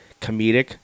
comedic